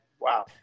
Wow